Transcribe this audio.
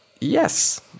yes